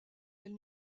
elle